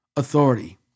Authority